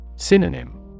Synonym